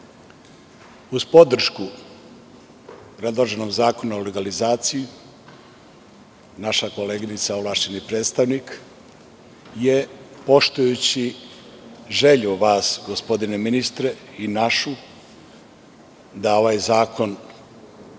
podršku predloženog zakona o legalizaciji, naša koleginica ovlašćeni predstavnik je, poštujući vašu želju, gospodine ministre, a i našu, da ovaj zakon,